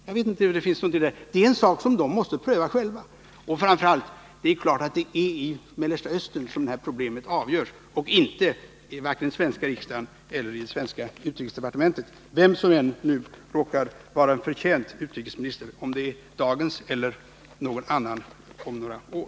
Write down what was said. Jag vet inte vad det finns för någonting att överlägga om härvidlag. Det är en sak som parterna själva måste pröva. Och framför allt: Det är klart att det är i Mellersta Östern som det här problemet avgörs och inte i vare sig den svenska riksdagen eller det svenska utrikesdepartementet, vem som nu än råkar vara en förtjänt utrikesminister — om det är dagens eller någon annan om några år.